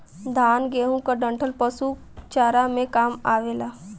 धान, गेंहू क डंठल पशु चारा में काम आवेला